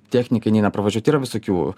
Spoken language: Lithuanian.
technikai neina pravažiuot yra visokių